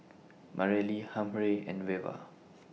Mareli Humphrey and Veva